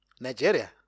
Nigeria